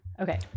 Okay